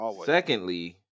Secondly